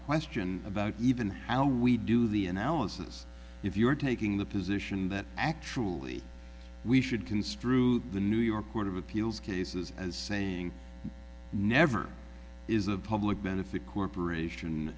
question about even al we do the analysis if you're taking the position that actually we should construe the new york court of appeals cases as saying never is a public benefit corporation